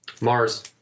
Mars